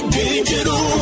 digital